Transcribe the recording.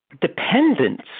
dependence